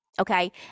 Okay